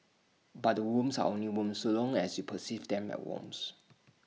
but the worms are only worms so long as you perceive them as worms